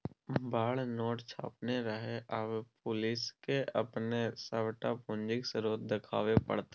बड़ नोट छापने रहय आब पुलिसकेँ अपन सभटा पूंजीक स्रोत देखाबे पड़तै